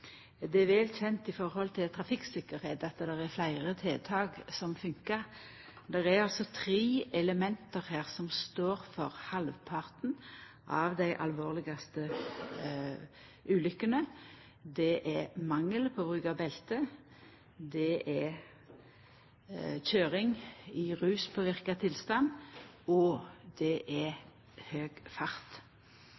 Det er vel kjent når det gjeld trafikktryggleik, at det er fleire tiltak som funkar. Det er altså tre element her som står for halvparten av dei alvorlegaste ulykkene. Det er manglande bruk av belte, det er køyring i ruspåverka tilstand, og det er